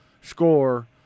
score